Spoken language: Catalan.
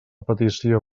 petició